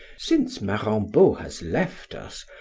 since marambot has left us,